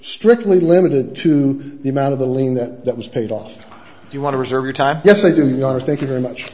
strictly limited to the amount of the lean that that was paid off if you want to reserve your time yes i do want to thank you very much